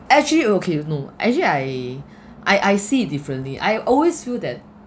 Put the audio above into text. actually okay no actually I I I see it differently I always feel that